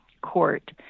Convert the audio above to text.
court